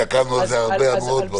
התעכבנו על זה הרבה מאוד בוועדה.